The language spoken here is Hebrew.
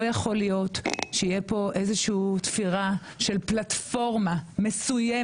לא יכול להיות שתהיה פה איזה שהיא תפירה של פלטפורמה מסוימת